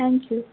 thank you